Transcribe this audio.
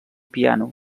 piano